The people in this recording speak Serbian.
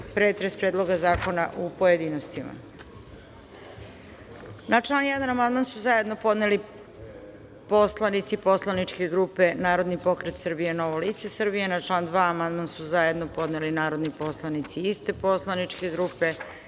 pretres Predloga zakona u pojedinostima. Na član 1. amandman su zajedno podneli poslanici poslaničke grupe Narodni pokret Srbija – Novo lice Srbije. Na član 2. amandman su zajedno podneli narodni poslanici iste poslaničke grupe. Na